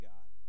God